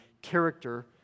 Character